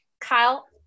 Kyle